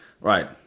Right